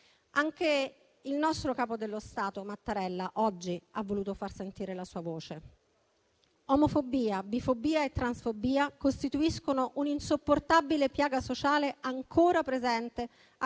Anche il nostro capo dello Stato Mattarella oggi ha voluto far sentire la sua voce. «Omofobia, bifobia e transfobia costituiscono un'insopportabile piaga sociale ancora presente e